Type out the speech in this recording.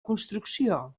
construcció